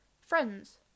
Friends